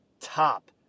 Top